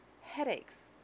headaches